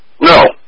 No